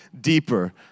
deeper